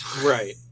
Right